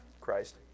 christ